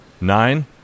Nine